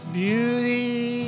beauty